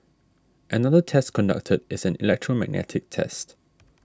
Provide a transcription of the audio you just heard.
another test conducted is an electromagnetic test